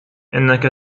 إنك